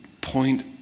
point